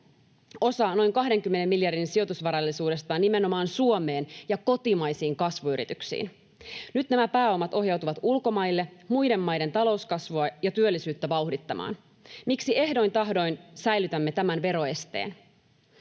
osa noin 20 miljardin sijoitusvarallisuudestaan nimenomaan Suomeen ja kotimaisiin kasvuyrityksiin. Nyt nämä pääomat ohjautuvat ulkomaille, muiden maiden talouskasvua ja työllisyyttä vauhdittamaan. Miksi ehdoin tahdoin säilytämme tämän veroesteen?